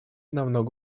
намного